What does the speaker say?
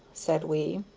said we.